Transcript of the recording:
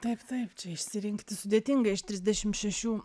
taip taip čia išsirinkti sudėtinga iš trisdešim šešių